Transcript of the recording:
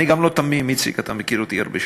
אני גם לא תמים, איציק, אתה מכיר אותי הרבה שנים.